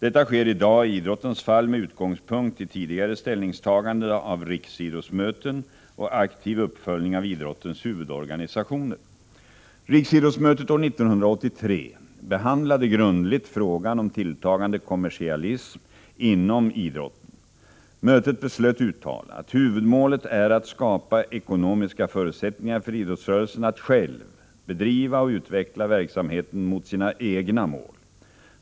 Detta sker i dag i idrottens fall med utgångspunkt i tidigare ställningstaganden av riksidrottsmöten och aktiv uppföljning av idrottens huvudorganisationer. Riksidrottsmötet år 1983 behandlade grundligt frågan om tilltagande kommersialism inom idrotten. Mötet beslöt uttala att huvudmålet är att skapa ekonomiska förutsättningar för idrottsrörelsen att själv bedriva och - Nr 146 utveckla verksamheten mot sina egna mål.